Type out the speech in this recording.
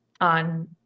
on